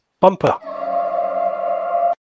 Bumper